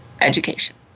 education